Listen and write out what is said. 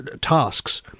tasks